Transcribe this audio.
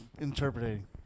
interpreting